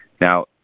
Now